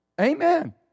Amen